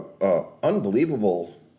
unbelievable